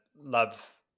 love